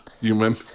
human